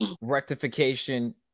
rectification